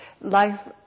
life